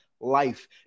life